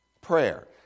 Prayer